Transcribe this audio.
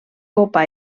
copa